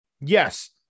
Yes